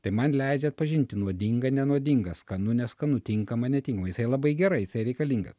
tai man leidžia atpažinti nuodinga nenuodinga skanu neskanu tinkama netinkama jisai labai gerai jisai reikalingas